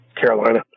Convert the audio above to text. Carolina